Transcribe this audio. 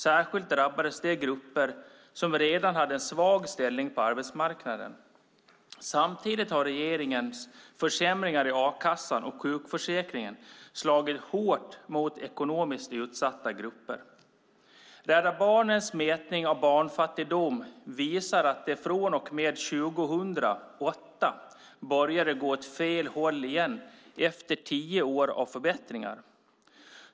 Särskilt drabbades de grupper som redan hade en svag ställning på arbetsmarknaden. Samtidigt har regeringens försämringar i a-kassan och sjukförsäkringen slagit hårt mot ekonomiskt utsatta grupper. Rädda Barnens mätningar av barnfattigdom visar att det från och med 2008 började gå åt fel håll igen efter tio år av förbättringar.